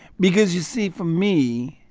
because you see, for me,